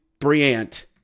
Briant